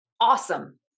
Awesome